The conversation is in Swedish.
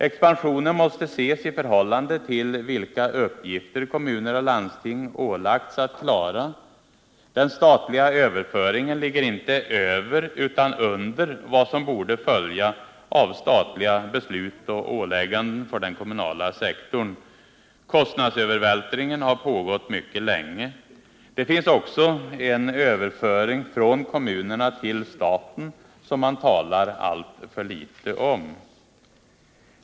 Expansionen måste ses i förhållande till vilka uppgifter kommuner och landsting ålagts att klara. Den statliga överföringen ligger inte över utan under vad som borde följa av statliga beslut och ålägganden för den kommunala sektorn. Kostnadsövervältringen har pågått mycket länge. Det finns också en överföring från kommunerna till staten som man talar alltför litet om.